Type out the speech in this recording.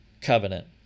covenant